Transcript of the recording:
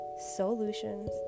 Solutions